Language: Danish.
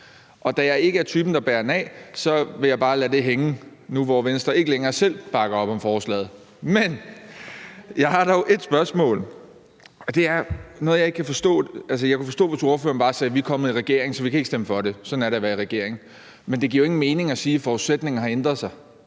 Og da jeg ikke er typen, der bærer nag, vil jeg bare lade det hænge, nu Venstre ikke længere selv bakker op om forslaget. Men jeg har dog et spørgsmål, og det er om noget, jeg ikke kan forstå. Jeg ville kunne forstå det, hvis ordføreren sagde: Vi er kommet i regering, så vi kan ikke stemme for det. Sådan er det at være i regering. Men det giver jo ingen mening at sige, at forudsætningerne har ændret sig.